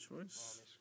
choice